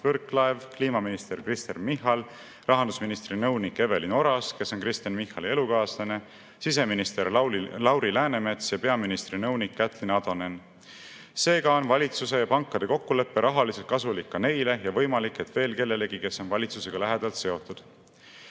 Võrklaev, kliimaminister Kristen Michal, rahandusministri nõunik Evelin Oras, kes on Kristen Michali elukaaslane, siseminister Lauri Läänemets ja peaministri nõunik Kätlin Atonen. Seega on valitsuse ja pankade kokkulepe rahaliselt kasulik ka neile ja võimalik, et veel kellelegi, kes on valitsusega lähedalt seotud.